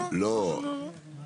אדוני יושב הראש, אתה